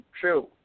True